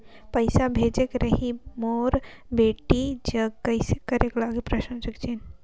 पइसा भेजेक रहिस मोर बेटी जग कइसे करेके लगही?